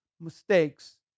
mistakes